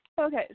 Okay